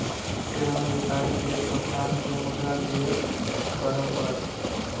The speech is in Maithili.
सेवा में विस्तारक लेल संस्थान के मुद्रा निवेश करअ पड़ल